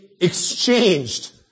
exchanged